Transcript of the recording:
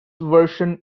version